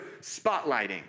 spotlighting